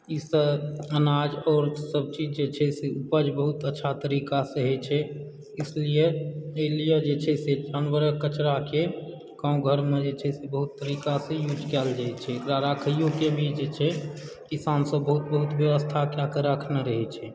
ईसभ अनाज आओरसभ चीज जे छै से उपज बहुत अच्छा तरीकासँ होयत छै इसलिए एहि लिए जे छै से जानवरक कचराके गाँव घरमऽ जे छै से बहुत तरीका से यूज कयल जाइ छै ओकरा राखिओके भी जे छै किसानसभ बहुत बहुत व्यवस्था कएके राखने रहैत छै